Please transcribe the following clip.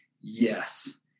yes